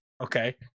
okay